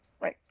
Right